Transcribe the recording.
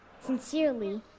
Sincerely